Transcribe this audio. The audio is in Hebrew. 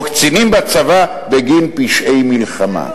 או קצינים בצבא, בגין פשעי מלחמה".